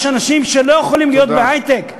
יש אנשים שלא יכולים להיות בהיי-טק,